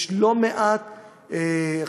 יש לא מעט אשכולות,